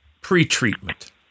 pre-treatment